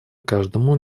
каждому